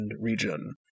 Region